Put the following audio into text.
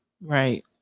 Right